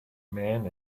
man